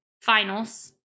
finals